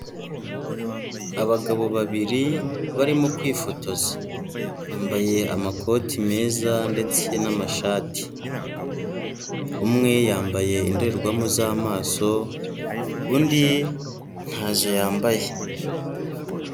Abagabo babiri barimo kwifotoza, bambaye amakoti meza ndetse n'amashati, umwe yambaye indorerwamo z'amaso, undi ntazo yambaye.